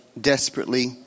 desperately